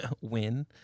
Win